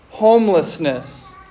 homelessness